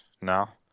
now